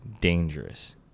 dangerous